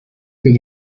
que